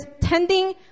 tending